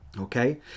Okay